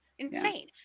Insane